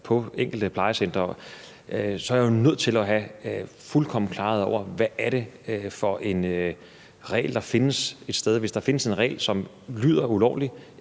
på enkelte plejecentre, så er jeg jo nødt til at have fuldkommen klarhed over, hvad det er for en regel der findes. Hvis der findes en regel, som lyder ulovlig,